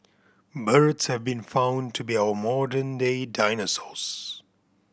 birds have been found to be our modern day dinosaurs